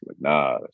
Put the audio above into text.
nah